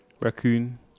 Raccoon